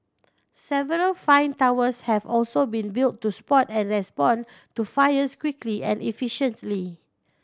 several fire towers have also been built to spot and respond to fires quickly and efficiently